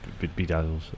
Bedazzles